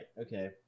Okay